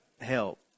help